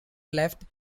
left